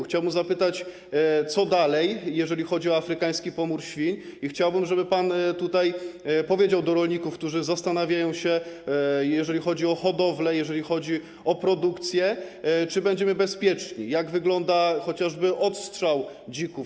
Chciałbym zapytać, co dalej, jeżeli chodzi o afrykański pomór świń, i chciałbym, żeby pan tutaj powiedział rolnikom, którzy zastanawiają się, jeżeli chodzi o hodowlę, jeżeli chodzi o produkcję, czy będziemy bezpieczni, jak wygląda chociażby odstrzał dzików.